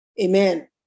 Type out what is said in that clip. amen